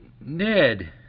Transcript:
Ned